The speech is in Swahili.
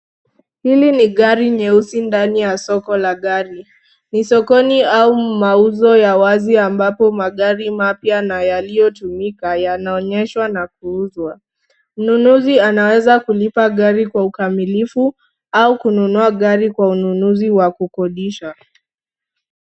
Hili ni gari nyeusi ndani ya solo la gari, ni sokoni au mauzo ya wazi ambapo magari mapya na yaliyotumika yanaonyeshwa na kuuzwa, mnunuzi anaweza kulipa gari kwa ukamilifu, au kununua gari kwa ununuzi wa kukodisha.